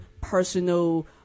personal